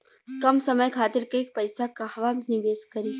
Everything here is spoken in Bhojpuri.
कम समय खातिर के पैसा कहवा निवेश करि?